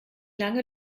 lange